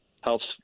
helps